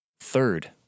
Third